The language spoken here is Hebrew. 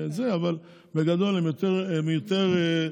אבל בגדול הם יותר,